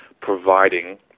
providing